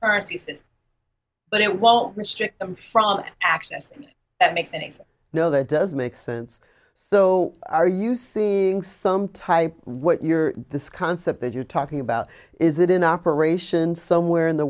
says but it won't restrict them from accessing that makes any no that does make sense so are you seeing some type what you're this concept that you're talking about is it in operation somewhere in the